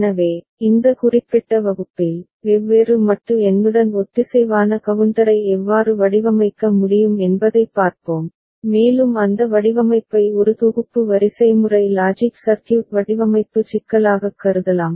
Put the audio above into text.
எனவே இந்த குறிப்பிட்ட வகுப்பில் வெவ்வேறு மட்டு எண்ணுடன் ஒத்திசைவான கவுண்டரை எவ்வாறு வடிவமைக்க முடியும் என்பதைப் பார்ப்போம் மேலும் அந்த வடிவமைப்பை ஒரு தொகுப்பு வரிசைமுறை லாஜிக் சர்க்யூட் வடிவமைப்பு சிக்கலாகக் கருதலாம்